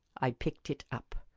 i picked it up.